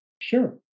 Sure